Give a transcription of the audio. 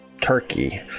turkey